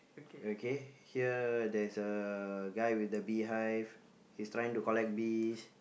okay here there's a guy with the beehive he's trying to collect bees